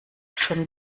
schon